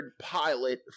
pilot